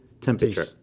temperature